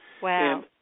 Wow